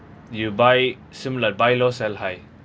you buy similar buy low sell high